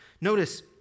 Notice